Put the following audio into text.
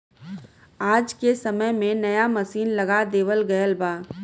आज के समय में नया मसीन लगा देवल गयल बा